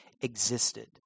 existed